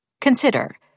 Consider